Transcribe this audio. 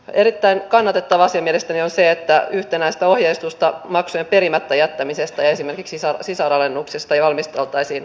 erittäin kannatettava asia mielestäni on se että yhtenäistä ohjeistusta maksujen perimättä jättämisestä ja esimerkiksi sisaralennuksista valmisteltaisiin kansallisesti